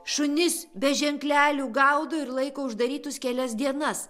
šunis be ženklelių gaudo ir laiko uždarytus kelias dienas